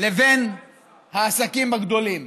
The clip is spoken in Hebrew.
לבין העסקים הגדולים?